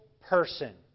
person